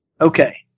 Okay